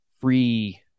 free